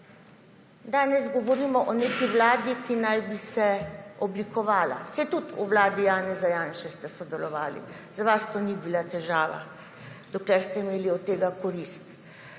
danes govorimo o neki vladi, ki naj bi se oblikovala. Saj ste tudi v vladi Janeza Janše sodelovali, za vas to ni bila težava, dokler ste imeli od tega korist.